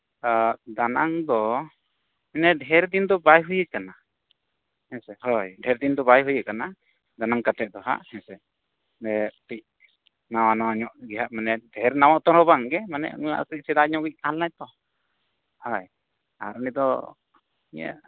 ᱟᱨ ᱫᱟᱱᱟᱝ ᱫᱚ ᱤᱱᱟᱹ ᱰᱷᱮᱨ ᱫᱤᱱ ᱫᱚ ᱵᱟᱭ ᱦᱩᱭ ᱠᱟᱱᱟ ᱦᱮᱸᱥᱮ ᱦᱳᱭ ᱰᱷᱮᱨ ᱫᱤᱱ ᱫᱚ ᱵᱟᱭ ᱦᱩᱭ ᱠᱟᱱᱟ ᱫᱟᱱᱟᱝ ᱠᱟᱛᱮᱫ ᱫᱚ ᱱᱟᱦᱟᱜ ᱦᱮᱸᱥᱮ ᱦᱮᱸ ᱱᱟᱣᱟ ᱱᱟᱣᱟ ᱧᱚᱜ ᱜᱮ ᱦᱟᱸᱜ ᱢᱟᱱᱮ ᱰᱷᱮᱨ ᱱᱟᱣᱟ ᱩᱛᱟᱹᱨ ᱦᱚᱸ ᱵᱟᱝ ᱜᱮ ᱢᱟᱱᱮ ᱱᱚᱣᱟ ᱟᱛᱳ ᱨᱮ ᱥᱮᱫᱟᱭ ᱧᱚᱜᱤᱡ ᱛᱟᱦᱮᱸ ᱞᱮᱱᱟᱭ ᱛᱚ ᱦᱳᱭ ᱟᱨ ᱩᱱᱤ ᱫᱚ ᱱᱤᱭᱟᱹ